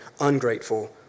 ungrateful